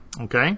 Okay